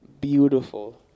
Beautiful